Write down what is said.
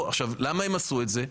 למה הם עשו את זה?